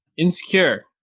Insecure